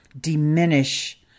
diminish